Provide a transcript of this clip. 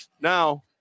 now